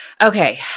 Okay